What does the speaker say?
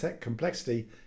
complexity